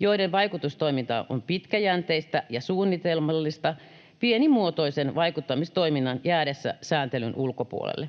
joiden vaikutustoiminta on pitkäjänteistä ja suunnitelmallista pienimuotoisen vaikuttamistoiminnan jäädessä sääntelyn ulkopuolelle.